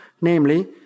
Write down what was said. namely